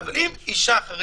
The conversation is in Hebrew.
אבל אם אישה חרדית,